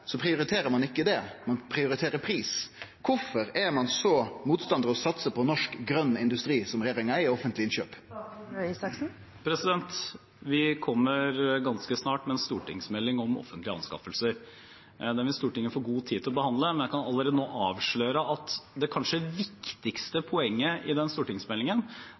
prioriterer ein ikkje det, ein prioriterer pris. Kvifor er ein så motstandar av å satse på norsk, grøn industri som regjeringa er i offentlege innkjøp? Vi kommer ganske snart med en stortingsmelding om offentlige anskaffelser. Den vil Stortinget få god tid til å behandle, men jeg kan allerede nå avsløre at det kanskje viktigste poenget i den stortingsmeldingen